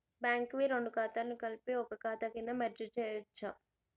Bank వి రెండు ఖాతాలను కలిపి ఒక ఖాతా కింద మెర్జ్ చేయచ్చా?